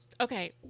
okay